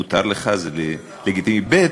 גמור, מותר לך, זה לגיטימי, ב.